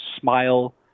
Smile